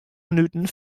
minuten